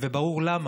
וברור למה: